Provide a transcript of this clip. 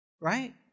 Right